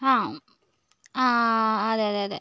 ഹാ ആ അതെ അതെ അതെ